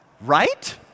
Right